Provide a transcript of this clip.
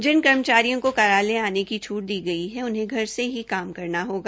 जिन कर्मचारियों के कार्यालय आने की छूट दी गई उन्हें घर से ही काम करना होगा